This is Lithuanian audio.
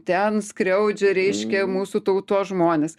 ten skriaudžia reiškia mūsų tautos žmones